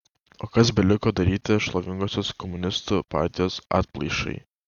o kas beliko daryti šlovingosios komunistų partijos atplaišai